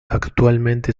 actualmente